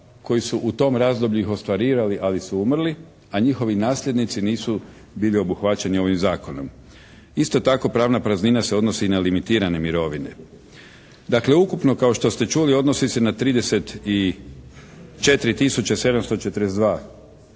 koji su u tom razdoblju ih ostvarivali ali su umrli, a njihovi nasljednici nisu bili obuhvaćeni ovim zakonom. Isto tako pravna praznina se odnosi i na limitirane mirovine. Dakle ukupno kao što ste čuli odnosi se na 34